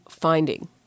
finding